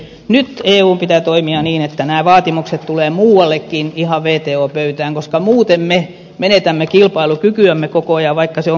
ne eun pitää toimia niin että nämä vaatimukset tulee muuallekin ihan vertio pöytään koska muuten me menetämme kilpailukykyämme kokoja vaikka se on